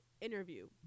interview